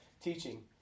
teaching